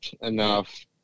enough